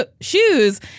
shoes